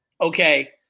Okay